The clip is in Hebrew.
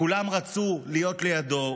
כולם רצו להיות לידו,